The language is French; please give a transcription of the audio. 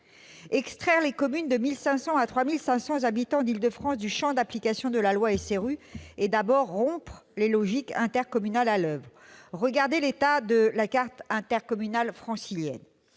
Extraire les communes d'Île-de-France de 1 500 à 3 500 habitants du champ d'application de la loi SRU, c'est d'abord rompre les logiques intercommunales à l'oeuvre : regardez l'état de la carte intercommunale francilienne.